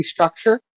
restructure